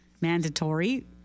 mandatory